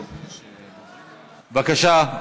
בבקשה,